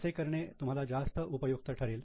असे करणे तुम्हाला जास्त उपयुक्त ठरेल